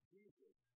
Jesus